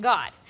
God